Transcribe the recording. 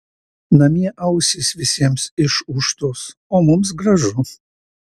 namie ausys visiems išūžtos o mums gražu